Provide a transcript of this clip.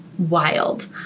Wild